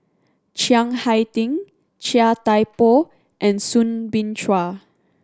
Chiang Hai Ding Chia Thye Poh and Soo Bin Chua